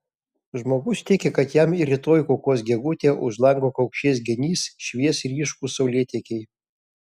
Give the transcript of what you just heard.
žmogus tiki kad jam ir rytoj kukuos gegutė už lango kaukšės genys švies ryškūs saulėtekiai